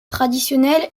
traditionnelle